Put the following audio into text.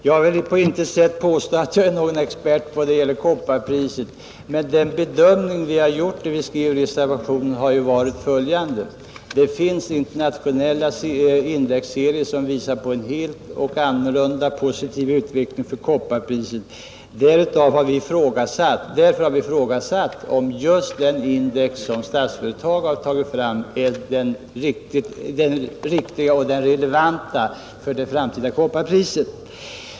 Herr talman! Jag vill på intet sätt påstå att jag är någon expert när det gäller kopparpriset. Men den bedömning vi gjorde när vi skrev reservationen är följande, Det finns internationella indexserier som tyder på en helt annan och positiv utveckling för kopparpriset. Därför har vi ifrågasatt om just den index som Statsföretag tagit fram är den riktiga och relevanta för det framtida kopparpriset.